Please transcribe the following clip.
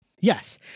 yes